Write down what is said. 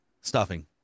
Stuffing